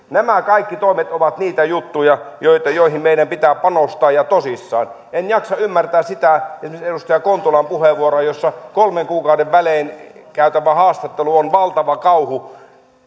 nämä kaikki toimet ovat niitä juttuja joihin meidän pitää panostaa ja tosissaan en jaksa ymmärtää esimerkiksi edustaja kontulan puheenvuoroa jossa kolmen kuukauden välein käytävä haastattelu on valtava kauhu